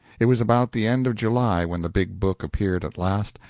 it was about the end of july when the big book appeared at last,